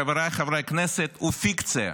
חבריי חברי הכנסת, הוא פיקציה,